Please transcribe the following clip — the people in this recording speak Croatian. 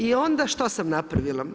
I onda šta sam napravila?